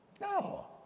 no